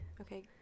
Okay